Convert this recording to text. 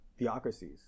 theocracies